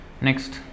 Next